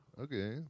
Okay